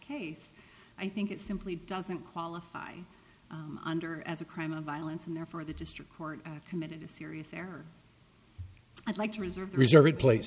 case i think it simply doesn't qualify under as a crime of violence and therefore the district court committed a serious error i'd like to reserve reserve a place